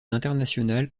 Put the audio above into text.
internationale